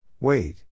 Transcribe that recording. Wait